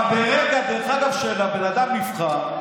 אבל ברגע שבן אדם נבחר,